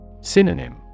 Synonym